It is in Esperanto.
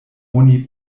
oni